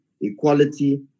equality